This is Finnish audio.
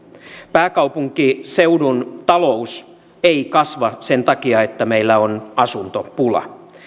pääkaupunkiseudun talous ei kasva sen takia että meillä on asuntopula